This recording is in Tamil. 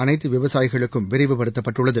அனைத்துவிவசாயிகளுக்கும் விரிவுபடுத்தப்பட்டுள்ளது